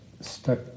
stuck